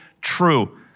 true